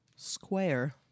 square